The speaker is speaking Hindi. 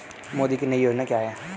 मोदी की नई योजना क्या है?